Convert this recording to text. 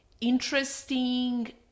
interesting